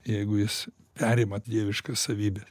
jeigu jis perima dieviškas savybes